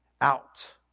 out